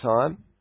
time